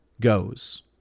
goes